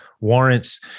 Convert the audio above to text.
warrants